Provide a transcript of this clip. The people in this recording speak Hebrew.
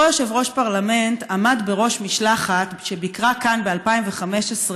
אותו יושב-ראש פרלמנט עמד בראש משלחת שביקרה כאן ב-2015,